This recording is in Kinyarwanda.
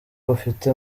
bafite